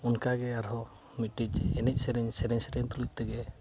ᱚᱱᱠᱟᱜᱮ ᱟᱨᱦᱚᱸ ᱢᱤᱫᱴᱤᱡ ᱮᱱᱮᱡ ᱥᱮᱨᱮᱧ ᱥᱮᱨᱮᱧ ᱥᱮᱨᱮᱧ ᱛᱩᱞᱩᱪ ᱛᱮᱜᱮ